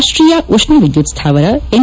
ರಾಷ್ಷೀಯ ಉಷ್ಣ ವಿದ್ಯುತ್ ಸ್ಥಾವರ ಎನ್